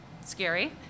Scary